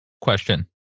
Question